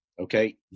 okay